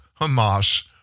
hamas